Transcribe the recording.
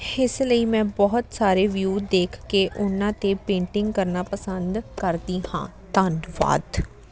ਇਸ ਲਈ ਮੈਂ ਬਹੁਤ ਸਾਰੇ ਵਿਊ ਦੇਖ ਕੇ ਉਹਨਾਂ 'ਤੇ ਪੇਂਟਿੰਗ ਕਰਨਾ ਪਸੰਦ ਕਰਦੀ ਹਾਂ ਧੰਨਵਾਦ